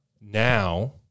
now